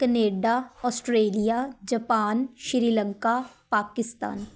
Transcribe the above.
Canada Australia Japan Sri Lanka Pakistan